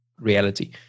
Reality